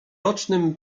rocznym